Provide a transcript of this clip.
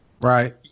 Right